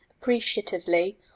appreciatively